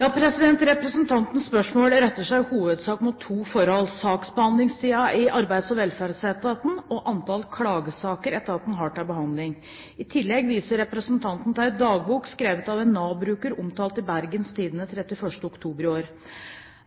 Representantens spørsmål retter seg i hovedsak mot to forhold: saksbehandlingstiden i Arbeids- og velferdsetaten og antall klagesaker etaten har til behandling. I tillegg viser representanten til en dagbok skrevet av en Nav-bruker, omtalt i Bergens Tidende 31. oktober i år.